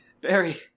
Barry